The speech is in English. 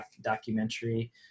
documentary